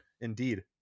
indeed